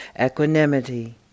Equanimity